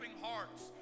hearts